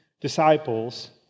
disciples